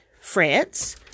France